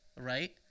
right